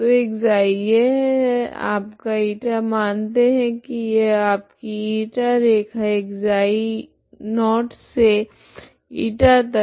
तो ξ यह है आपका η मानते है की यह आपकी η रैखा ξ0 से η तक